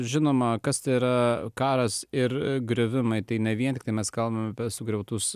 žinoma kas tai yra karas ir griuvimai tai ne vien tai mes kalbame apie sugriautus